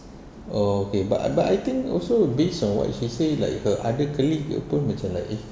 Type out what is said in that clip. oh okay but but I think also based on what she like say her other colleague pun macam like eh